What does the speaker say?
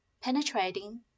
penetrating